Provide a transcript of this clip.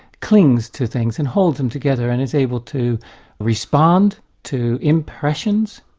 clings to things and holds them together, and is able to respond to impressions,